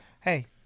Hey